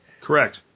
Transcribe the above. Correct